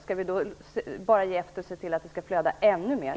Skall vi då bara ge efter och se till att det flödar ännu mer?